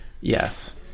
Yes